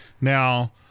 Now